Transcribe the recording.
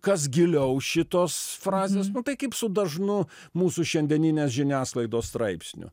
kas giliau už šitos frazės nu tai kaip su dažnu mūsų šiandieninės žiniasklaidos straipsniu